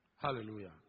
Hallelujah